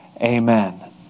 Amen